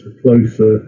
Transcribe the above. closer